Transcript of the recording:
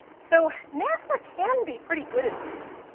so, nasa can be pretty good at this.